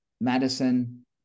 Madison